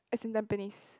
it's in Tampines